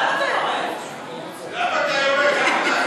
למה אתה יורד?